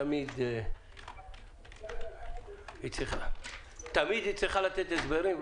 תמיד היא צריכה לתת הסברים.